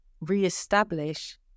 re-establish